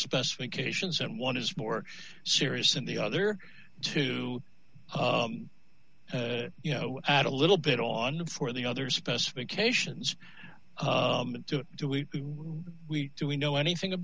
specifications and one is more serious than the other two you know add a little bit on for the other specifications to do we we do we know anything